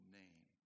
name